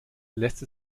lässt